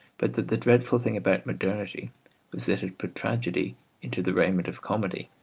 but that the dreadful thing about modernity was that it put tragedy into the raiment of comedy,